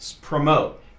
promote